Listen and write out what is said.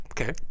Okay